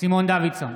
סימון דוידסון,